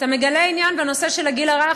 אתה מגלה עניין בנושא של הגיל הרך,